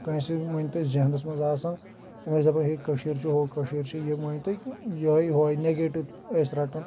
کٲنٛسہِ مٲنِو تُہۍ ذہنَس منٛز آسان تِم ٲسۍ دَپان ہے کٔشیٖر چھِ ہُہ کٔشیٖر چھِ یِہِ مٲنِو تُہۍ یِہوے ہوے نگیٹِو ٲسۍ رَٹان